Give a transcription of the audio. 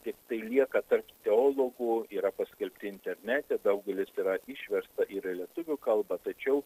tiktai lieka tarp teologų yra paskelbti internete daugelis yra išversta ir į lietuvių kalba tačiau